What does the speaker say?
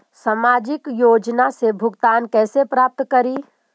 सामाजिक योजना से भुगतान कैसे प्राप्त करी?